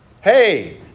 Hey